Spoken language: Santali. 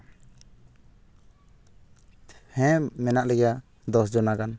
ᱦᱮᱸ ᱢᱮᱱᱟᱜ ᱞᱮᱜᱮᱭᱟ ᱫᱚᱥ ᱡᱚᱱᱟ ᱜᱟᱱ